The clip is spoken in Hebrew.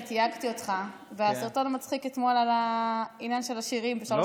אני תייגתי אותך בסרטון המצחיק אתמול על העניין של השירים ב-03:00.